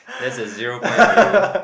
that's a zero point for you